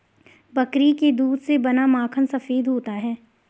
बकरी के दूध से बना माखन सफेद होता है